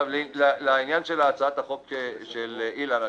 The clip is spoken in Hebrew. לעניין הצעת החוק של אילן גילאון